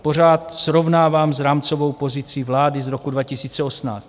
Pořád srovnávám s rámcovou pozicí vlády z roku 2018.